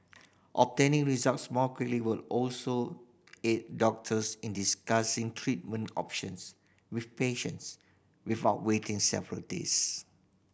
obtaining results more quickly will also aid doctors in discussing treatment options with patients without waiting several days